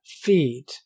feed